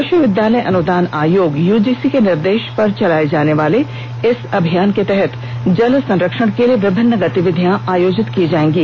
विश्वविद्यालय अनुदान आयोग यूजीसी के निर्देश पर चलाए जानेवाले इस अभियान के तहत जल संरक्षण के लिए विभिन्न गतिविधियां आयोजित की जाएंगी